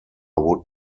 would